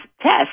test